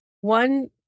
one